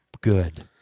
good